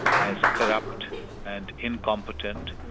as corrupt and incompetent.